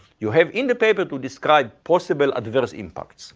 you have in the paper to describe possible adverse impacts